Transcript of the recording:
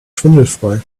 schwindelfrei